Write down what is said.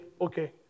okay